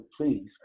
please